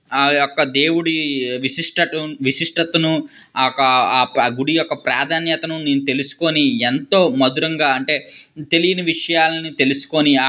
ఆ యొక్క దేవుడి విశిష్టట విశిష్టతను ఆ ఒక్క అ పా ఆ గుడి యొక్క ప్రాధాన్యతను నేను తెలుసుకుని ఎంతో మధురంగా అంటే తెలియని విషయాలని తెలుసుకుని